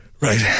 Right